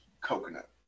coconut